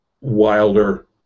Wilder